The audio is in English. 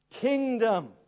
kingdom